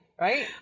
Right